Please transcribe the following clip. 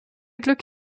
glück